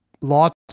lots